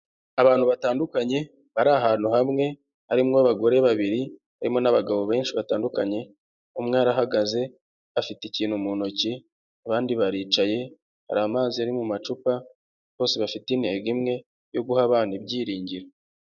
Abantu batandukanye bari ahantu hamwe harimo abagore babiri, harimo n'abagabo benshi batandukanye. Umwe arahagaze afite ikintu mu ntoki, abandi baricaye, hari amazi ari mu macupa, bose bafite intego imwe yo guha abana ibyiringiro.